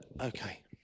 okay